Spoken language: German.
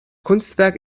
kunstwerk